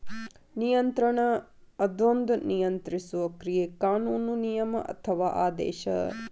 ನಿಯಂತ್ರಣ ಅದೊಂದ ನಿಯಂತ್ರಿಸುವ ಕ್ರಿಯೆ ಕಾನೂನು ನಿಯಮ ಅಥವಾ ಆದೇಶ